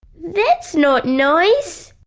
that's not nice!